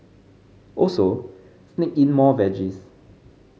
also sneak in more veggies